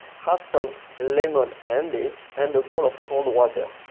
have some lemon handy and a bowl of cold water.